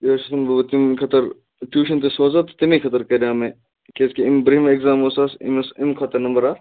یہِ حظ چھُسَن بہٕ تَمے خٲطرٕ ٹیوٗشَن تہِ سوزان تہٕ تَمے خٲطرٕ کَریٛاو مےٚ کیٛازِکہِ اَمہِ برٛونٛہمہِ ایٚگزام اوس حظ أمِس امہِ کھۄتہٕ نمبر اَکھ